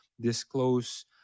disclose